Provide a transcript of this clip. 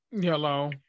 Hello